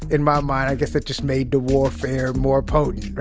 in my um mind, i guess it just made the warfare more potent, right